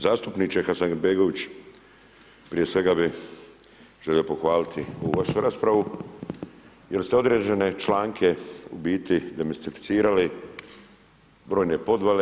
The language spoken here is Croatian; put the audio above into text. Zastupniče Hasanbegović, prije svega bih želio pohvaliti ovu vašu raspravu jer ste određene članke u biti demistificirali, brojne podvale.